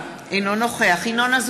אינו נוכח יולי יואל אדלשטיין,